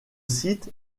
site